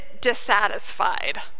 dissatisfied